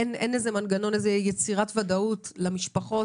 אין מנגנון או יצירת ודאות למשפחות,